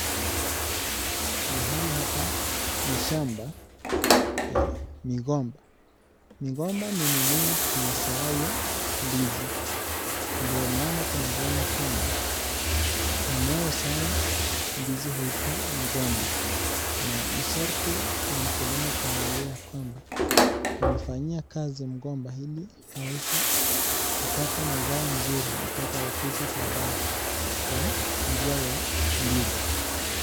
Mahali hapa ni shamba ya migomba. Migomba ni mimea yazaayo ndizi ndio maana tunaziona kwamba ,mmea uzaao ndizi huitwa mgomba na ni sharti kwa mkulima kuangalia kwamba amefanyia kazi mgomba ili aweze kupata mazao nzuri itakayo kwisha pabaya kwa njia ya ndizi.